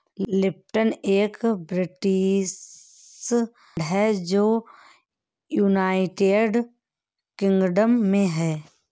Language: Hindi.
लिप्टन एक ब्रिटिश ब्रांड है जो यूनाइटेड किंगडम में है